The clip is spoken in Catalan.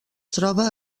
troba